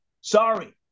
Sorry